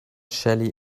shelly